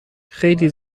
خیلی